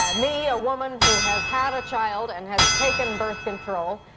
me, a woman who has had a child and has taken birth control.